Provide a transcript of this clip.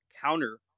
counter